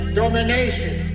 domination